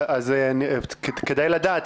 אז כדאי לדעת.